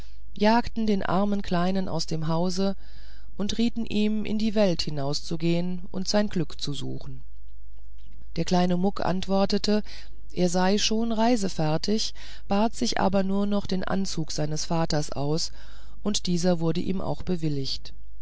jagten den armen kleinen aus dem hause und rieten ihm in die welt hinaus zu gehen und sein glück zu suchen der kleine muck antwortete er sei schon reisefertig bat sich aber nur noch den anzug seines vaters aus und dieser wurde ihm auch bewilligt